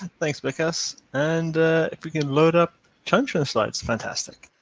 thanks bikas, and if we can load up chin chin's slides. fantastic.